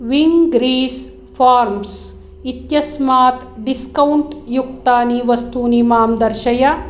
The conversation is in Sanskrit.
विङ्ग्रीन्स् फार्म्स् इत्यस्मात् डिस्कौण्ट् युक्तानि वस्तूनि मां दर्शय